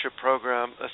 program